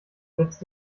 setzt